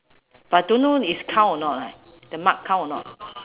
but don't know is count or not leh the mark count or not